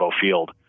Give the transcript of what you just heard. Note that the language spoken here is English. field